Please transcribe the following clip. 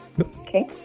Okay